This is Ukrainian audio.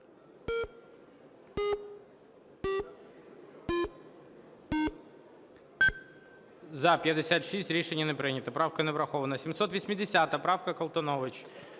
За-56 Рішення не прийнято. Правка не врахована. 780 правка, Колтунович.